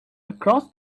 across